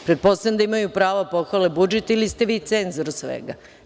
Pretpostavljam da imaju pravo da pohvale budžet ili ste vi cenzor svega.